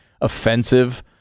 offensive